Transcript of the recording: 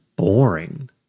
boring